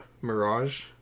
Mirage